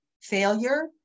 failure